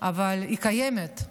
אבל היא קיימת,